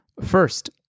First